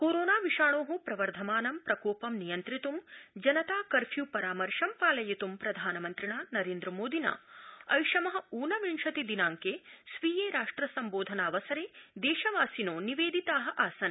corona विषाणो प्रवर्धमानं प्रकोपं नियन्त्रित्ं जनता कर्फ्यू परामर्शं पालयित्ं प्रधानमन्त्रिणा नरेन्द्रमोदिना ऐषम ऊनविंशति दिनांके स्वीये राष्ट्र सम्बोधनावसरे देशवासिनो निवेदिता आसन्